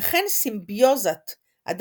by Alan Turing), וכן "סימביוזת אדם־מחשב"